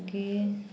मागीर